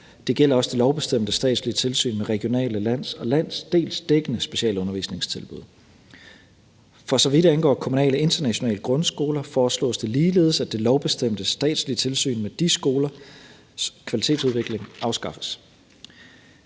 Det gælder også det lovbestemte statslige tilsyn med regionale og landsdelsdækkende specialundervisningstilbud. For så vidt angår kommunale internationale grundskoler, foreslås det ligeledes, at det lovbestemte statslige tilsyn med de skolers kvalitetsudvikling afskaffes.